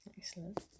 Excellent